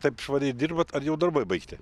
taip švariai dirbat ar jau darbai baigti